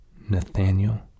Nathaniel